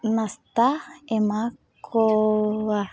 ᱱᱟᱥᱛᱟ ᱮᱢᱟ ᱠᱚᱣᱻᱟ